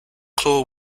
claw